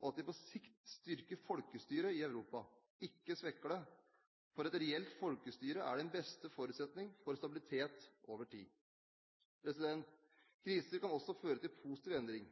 og at de på sikt styrker folkestyret i Europa, ikke svekker det. For et reelt folkestyre er den beste forutsetning for stabilitet over tid. Kriser kan også føre til positiv endring.